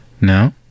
No